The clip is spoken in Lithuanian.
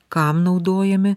kam naudojami